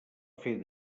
fer